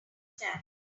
stand